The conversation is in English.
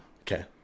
Okay